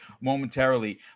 momentarily